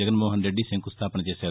జగన్మోహన్ రెడ్డి శంకుస్థాపన చేశారు